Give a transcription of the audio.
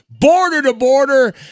border-to-border